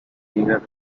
dinner